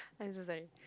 i'm so sorry